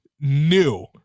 new